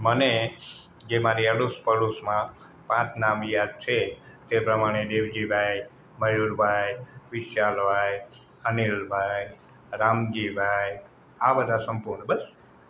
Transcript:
મને જે મારી આડોશ પાડોશમાં પાંચ નામ યાદ છે એ પ્રમાણે દેવજીભાઈ મયુરભાઈ વિશાલભાઈ અનિલભાઈ રામજીભાઇ આ બધા સંપૂ્ણ બસ